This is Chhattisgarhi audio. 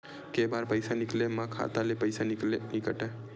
के बार पईसा निकले मा खाता ले पईसा नई काटे?